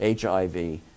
HIV